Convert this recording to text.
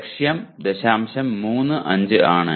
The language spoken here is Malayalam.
35 ആണ്